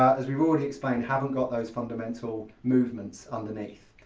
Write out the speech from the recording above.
as we've already explained, haven't got those fundamental movements underneath.